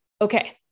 okay